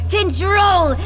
control